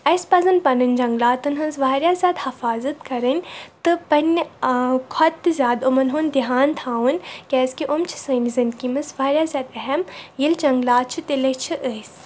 اَسہِ پَزَن پَنٕنۍ جنٛگلاتَن ہٕنٛز واریاہ زیادٕ حفاظت کَرٕنۍ تہٕ پنٛنہِ کھۄتہٕ تہِ زیادٕ یِمَن ہُنٛد دیان تھاوُن کیٛازِکہِ یِم چھِ سٲنِس زِندگی منٛز واریاہ زیادٕ اہم ییٚلہِ جنٛگلات چھِ تِلے چھِ أسۍ